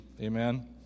Amen